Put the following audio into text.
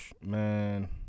man